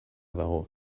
dago